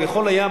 הוא יכול היה,